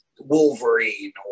Wolverine